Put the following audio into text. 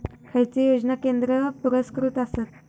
खैचे योजना केंद्र पुरस्कृत आसत?